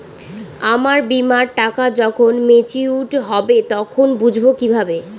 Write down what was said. আমার বীমার টাকা যখন মেচিওড হবে তখন বুঝবো কিভাবে?